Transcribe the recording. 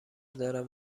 دارند